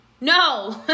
No